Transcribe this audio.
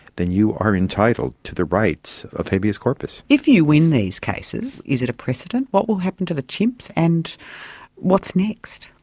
then you are entitled to the rights of habeas corpus. if you win these cases, is it a precedent? what will happen to the chimps? and what's next?